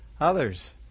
Others